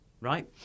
right